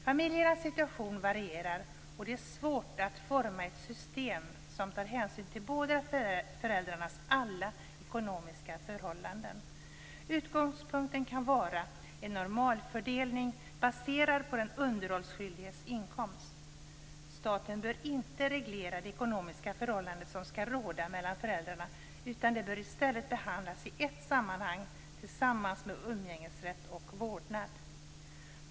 Familjernas situation varierar, och det är svårt att forma ett system som tar hänsyn till båda föräldrarnas alla ekonomiska förhållanden. Utgångspunkten kan vara en normalfördelning baserad på den underhållsskyldiges inkomst. Staten bör inte reglera de ekonomiska förhållanden som skall råda mellan föräldrarna. Det bör i stället behandlas i ett sammanhang tillsammans med umgängesrätt och vårdnad.